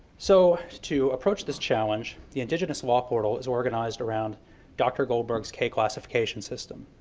so to approach this challenge, the indigenous law portal is organized around dr. goldberg's k classification system.